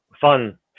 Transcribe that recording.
fun